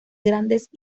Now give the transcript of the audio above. grandes